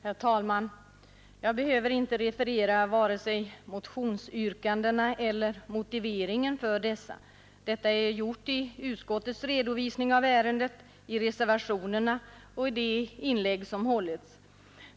Herr talman! Jag behöver inte referera vare sig motionsyrkandena eller motiveringen för dessa. Detta har gjorts i utskottets redovisning av ärendet, i reservationerna och i de inlägg som hållits.